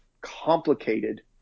complicated